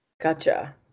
Gotcha